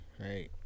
Right